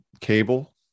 cable